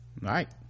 right